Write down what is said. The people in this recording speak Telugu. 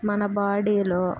మన బాడీలో